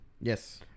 yes